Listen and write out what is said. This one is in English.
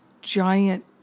giant